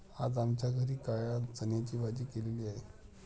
आज आमच्या घरी काळ्या चण्याची भाजी केलेली आहे